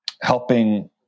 helping